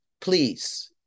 please